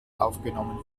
aufgenommen